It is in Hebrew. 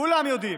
כולם יודעים